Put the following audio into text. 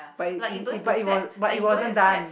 but it it but it was but it wasn't done